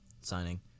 signing